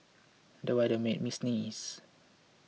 the weather made me sneeze